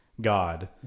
God